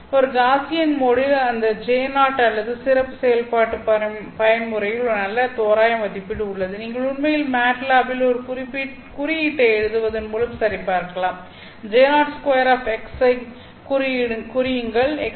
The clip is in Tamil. ஒரு காஸியன் மோடில் இந்த J0 அல்லது சிறப்பு செயல்பாட்டு பயன்முறையில் ஒரு நல்ல தோராய மதிப்பீடு உள்ளது நீங்கள் உண்மையில் மாட்லாப்பில் ஒரு குறியீட்டை எழுதுவதன் மூலம் சரிபார்க்கலாம் J02 ஐக் குறியுங்கள்